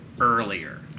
earlier